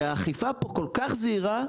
והאכיפה פה כל כך זהירה,